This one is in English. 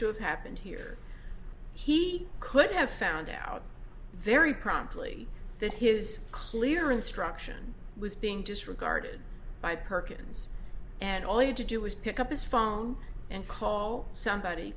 to have happened here he could have found out very promptly that his clear instruction was being disregarded by perkins and all you did do was pick up his phone and call somebody